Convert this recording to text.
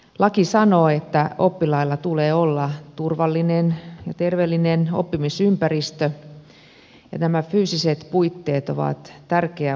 laki sanoo että oppilailla tulee olla turvallinen ja terveellinen oppimisympäristö ja nämä fyysiset puitteet ovat tärkeä osa sitä